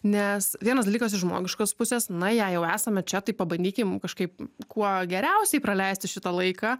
nes vienas dalykas iš žmogiškos pusės na jei jau esame čia tai pabandykim kažkaip kuo geriausiai praleisti šitą laiką